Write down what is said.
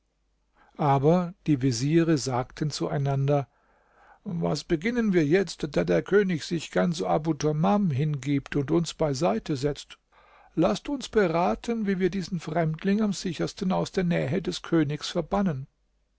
aber die veziere sagten zueinander was beginnen wir jetzt da der könig sich ganz abu tamam hingibt und uns beiseite setzt laßt uns beraten wie wir diesen fremdling am sichersten aus der nähe des königs verbannen